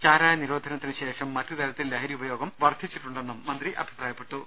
ചാരായ നിരോധനത്തിന് ശേഷം മറ്റുതരത്തിൽ ലഹരി ഉപയോഗം വർധിച്ചിട്ടുണ്ടെന്നും മന്ത്രി പറഞ്ഞു